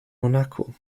monaco